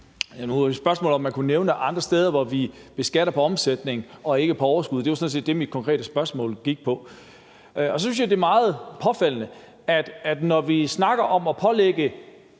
Nu var mit spørgsmål, om man kunne nævne andre steder, hvor vi beskatter omsætningen og ikke overskuddet. Det var sådan set det, mit konkrete spørgsmål gik på. Så synes jeg, at det er meget påfaldende, at når vi snakker om at pålægge